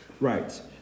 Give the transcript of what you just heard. Right